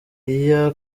iya